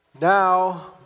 Now